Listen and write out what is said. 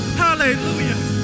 hallelujah